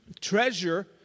Treasure